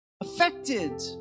affected